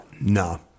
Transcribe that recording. No